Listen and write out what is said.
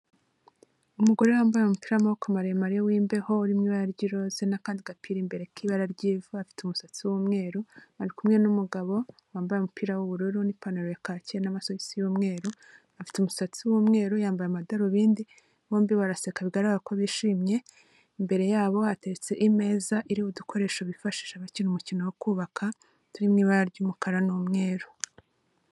Umugore wambaye umupira w'amaboko maremare w'imbeho uri mu ibara ry'iroze n'akandi gapira imbere k'ibara ry'ivu, afite umusatsi w'umweru, ari kumwe n'umugabo wambaye umupira w'ubururu n'ipantaro ya kaki n'amasogisi y'umweru, afite umusatsi w'umweru, yambaye amadarubindi bombi baraseka bigaragara ko bishimye. Imbere yabo hateretse imeza iriho udukoresho bifashisha bakina umukino wo kubaka, turi mu ibara ry'umukara n'umweru.